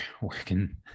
working